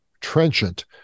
trenchant